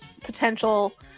potential